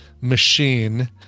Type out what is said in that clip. machine